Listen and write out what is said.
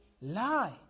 lie